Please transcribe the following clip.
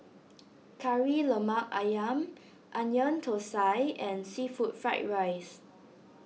Kari Lemak Ayam Onion Thosai and Seafood Fried Rice